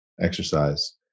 exercise